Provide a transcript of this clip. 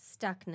stuckness